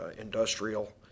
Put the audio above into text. industrial